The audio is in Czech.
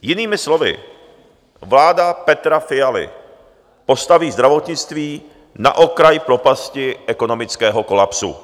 Jinými slovy, vláda Petra Fialy postaví zdravotnictví na okraj propasti ekonomického kolapsu.